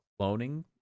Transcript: cloning